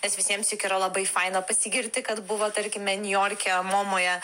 nes visiems juk yra labai faina pasigirti kad buvo tarkime niujorke momoje